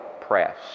press